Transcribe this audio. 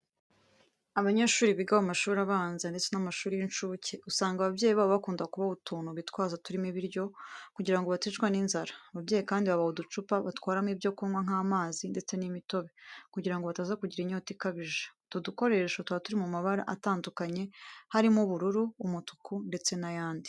Abanyeshuri biga mu mashuri abanza, ndetse na mashuri y'incuke, usanga ababyeyi babo bakunda kubaha utuntu bitwaza turimo ibiryo kugira ngo baticwa n'inzara, ababyeyi kandi babaha uducupa batwaramo ibyo kunywa nk'amazi, ndetse n'imitobe kugira ngo bataza kugira inyota ikabije. Utu dukoresho tuba turi mu mabara atandukanye, harimo ubururu, umutuku, ndetse n'ayandi.